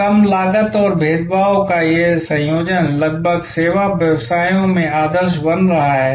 तो कम लागत और भेदभाव का यह संयोजन लगभग सेवा व्यवसायों में आदर्श बन रहा है